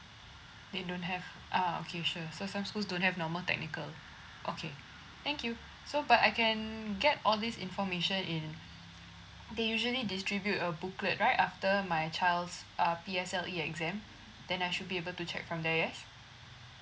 they don't have uh okay sure so some schools don't have normal technical okay thank you so but I can get all this information in they usually distribute a booklet right after my child's uh P_S_L_E exam then I should be able to check from there yes